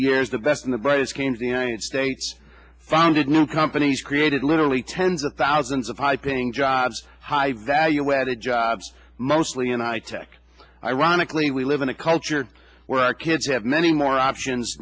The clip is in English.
years the best and the brightest came to the united states founded new companies created literally tens of thousands of high paying jobs high value added jobs mostly and i tech ironically we live in a culture where our kids have many more options